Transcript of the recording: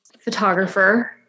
photographer